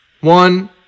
one